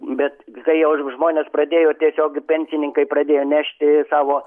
bet kai jau ir žmonės pradėjo tiesiog pensininkai pradėjo nešti savo